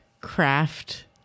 craft